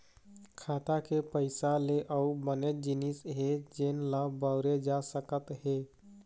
खाता के पइसा ले अउ बनेच जिनिस हे जेन ल बउरे जा सकत हे